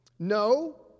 No